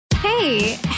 Hey